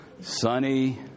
sunny